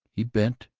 he bent,